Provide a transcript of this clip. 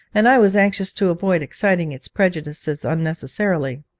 and i was anxious to avoid exciting its prejudices unnecessarily.